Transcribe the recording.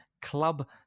club